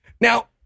Now